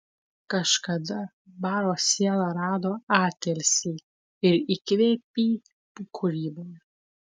kažkada baro siela rado atilsį ir įkvėpį kūryboje